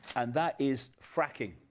and that is fracking,